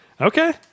Okay